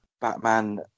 Batman